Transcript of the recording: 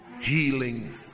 healing